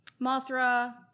Mothra